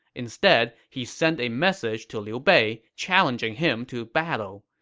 instead, he sent a message to liu bei, challenging him to battle.